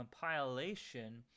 compilation